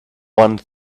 one